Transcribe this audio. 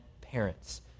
parents